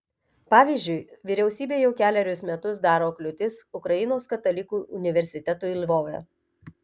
pavyzdžiui vyriausybė jau kelerius metus daro kliūtis ukrainos katalikų universitetui lvove